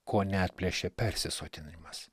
ko neatplėšė persisotinimas